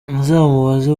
muzamubaze